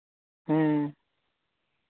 ᱦᱮᱸ